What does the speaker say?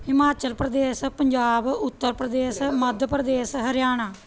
Himachal Pradesh Punjab Uttar Pradesh Madhya Pradesh Haryana